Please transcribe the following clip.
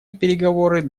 переговоры